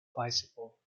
bicycle